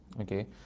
okay